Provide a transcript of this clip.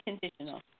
conditional